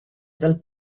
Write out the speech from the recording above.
dal